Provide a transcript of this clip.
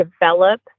develop